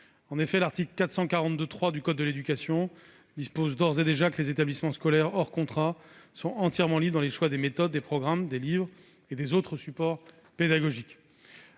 de l'article L. 442-3 du code de l'éducation, les établissements scolaires hors contrat sont entièrement libres dans le choix des méthodes, des programmes, des livres et des autres supports pédagogiques.